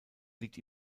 liegt